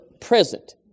present